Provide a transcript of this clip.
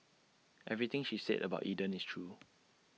everything she said about Eden is true